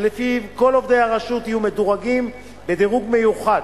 שלפיו כל עובדי הרשות יהיו מדורגים בדירוג מיוחד,